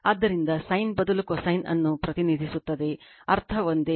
ಆದ್ದರಿಂದ sin ಬದಲು cosine ಅದನ್ನು ಪ್ರತಿನಿಧಿಸುತ್ತದೆ ಅರ್ಥ ಒಂದೇ